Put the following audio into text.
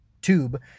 Tube